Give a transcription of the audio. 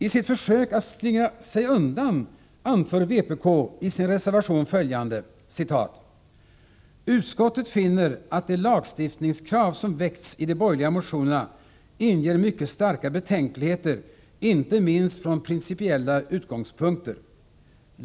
I sitt försök att slingra sig undan anför vpk i sin reservation följande: ”Utskottet finner att de lagstiftningskrav som väckts i de borgerliga motionerna inger mycket starka betänkligheter inte minst från principiella utgångspunkter.